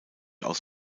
aus